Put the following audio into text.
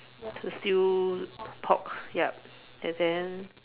the stew pork ya and then